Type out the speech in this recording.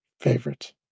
favorite